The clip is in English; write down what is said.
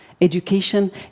Education